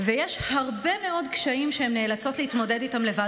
ויש הרבה מאוד קשיים שהן נאלצות להתמודד איתם לבד.